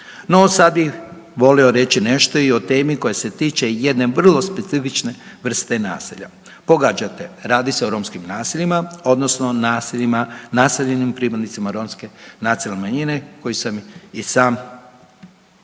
No, sad bi volio reći nešto i o temi koja se tiče jedne vrlo specifične vrste naselja. Pogađate radi se o romskim naseljima odnosno naseljima naseljenim pripadnicima romske nacionalne manjine koji sam i sam i sam